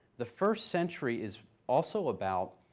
the first century is also about,